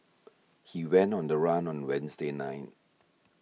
he went on the run on Wednesday night